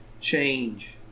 change